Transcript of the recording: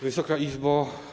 Wysoka Izbo!